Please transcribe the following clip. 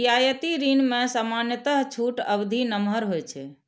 रियायती ऋण मे सामान्यतः छूट अवधि नमहर होइ छै